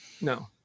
No